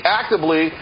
actively